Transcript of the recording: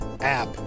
App